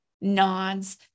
nods